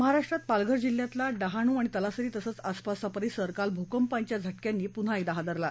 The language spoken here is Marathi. महाराष्ट्रात पालघर जिल्ह्यातला डहाणू आणि तलासरी तसेच आसपासचा परिसर काल भूकंपाच्या झावियांनी पुन्हा हादरला